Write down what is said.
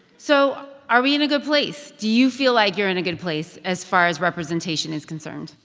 so are we in a good place? do you feel like you're in a good place, as far as representation is concerned?